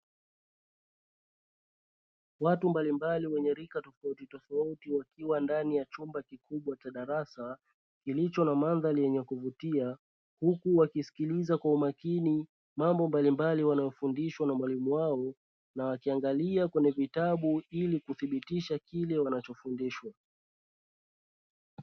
Watu mbalimbali wenye rika tofautitofauti wakiwa ndani ya chumba kikubwa cha darasa kilicho na mandhari yenye kuvutia, huku wakisikiliza kwa umakini mambo mbalimbali wanayofundishwa na mwalimu wao na wakiangalia kwenye vitabu ili kuthibitisha kile wanachofundishwa.